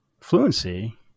fluency